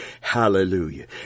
hallelujah